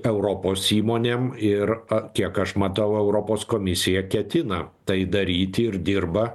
europos įmonėm ir kiek aš matau europos komisija ketina tai daryti ir dirba